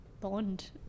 bond